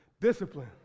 discipline